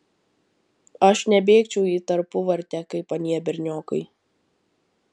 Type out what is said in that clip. aš nebėgčiau į tarpuvartę kaip anie berniokai